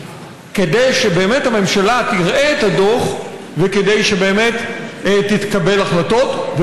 כדי שהממשלה באמת תראה את הדוח ותקבל החלטות,